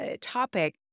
topic